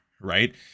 right